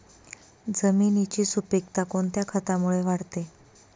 जमिनीची सुपिकता कोणत्या खतामुळे वाढते?